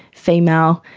female,